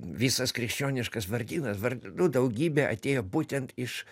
visas krikščioniškas vardynas vardų daugybė atėjo būtent iš